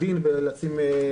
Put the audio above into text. אם יש שם בעיה בנושא.